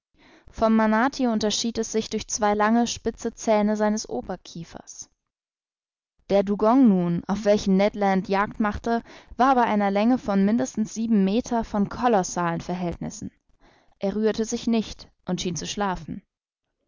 vom manati unterschied es sich durch zwei lange spitze zähne seines oberkiefers der dugong nun auf welchen ned land jagd machte war bei einer länge von mindestens sieben meter von kolossalen verhältnissen er rührte sich nicht und schien zu schlafen